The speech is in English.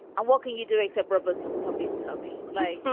and what can you do except rubber puppies? tell me, like